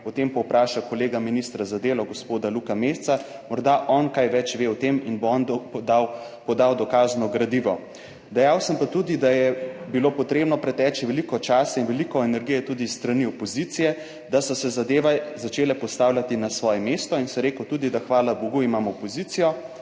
o tem povpraša kolega ministra za delo, gospoda Luka Mesca, morda on kaj več ve o tem in bo on podal, podal dokazno gradivo. Dejal sem pa tudi, da je bilo potrebno preteči veliko časa in veliko energije tudi s strani opozicije, da so se zadeve začele postavljati na svoje mesto in sem rekel tudi, da hvala bogu imam opozicijo